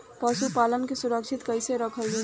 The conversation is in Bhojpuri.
पशुपालन के सुरक्षित कैसे रखल जाई?